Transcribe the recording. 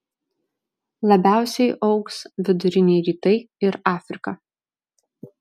labiausiai augs viduriniai rytai ir afrika